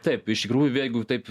taip iš tikrųjų jeigu taip